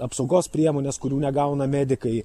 apsaugos priemones kurių negauna medikai